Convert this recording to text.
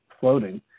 floating